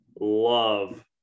love